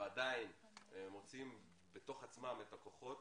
ועדיין מוצאים בתוך עצמם את הכוחות